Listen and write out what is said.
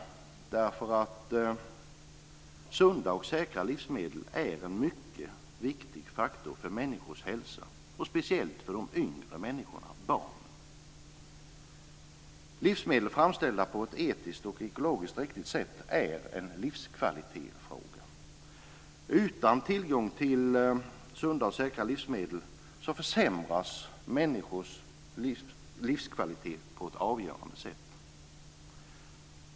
Sunda och säkra livsmedel är en mycket viktig faktor för människors hälsa. Det gäller speciellt för de yngre människorna, barnen. Livsmedel framställda på ett etiskt och ekologiskt riktig sätt är en livskvalitetsfråga. Utan tillgång till sunda och säkra livsmedel försämras människors livskvalitet på ett avgörande sätt.